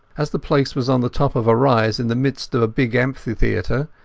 as the place was on the top of a rise in the midst of a big amphitheatre,